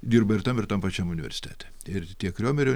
dirba ir tam ir tam pačiam universitete ir tiek riomerio